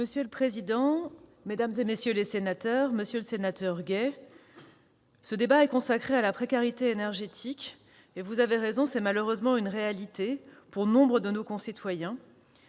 Monsieur le président, mesdames, messieurs les sénateurs, monsieur le sénateur Gay, ce débat est consacré à la précarité énergétique, devenue, vous avez malheureusement raison, une réalité pour nombre de nos concitoyens.